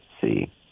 see